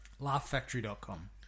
Laughfactory.com